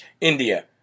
India